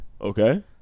Okay